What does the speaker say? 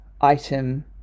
item